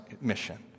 mission